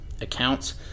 accounts